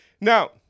Now